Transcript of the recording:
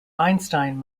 einstein